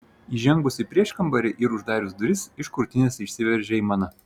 įžengus į prieškambarį ir uždarius duris iš krūtinės išsiveržė aimana